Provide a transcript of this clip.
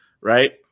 Right